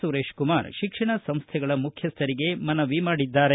ಸುರೇಶ್ಕುಮಾರ್ ಶಿಕ್ಷಣ ಸಂಸ್ಥೆಗಳ ಮುಖ್ಯಸ್ವರಿಗೆ ಮನವಿ ಮಾಡಿದ್ದಾರೆ